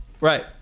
Right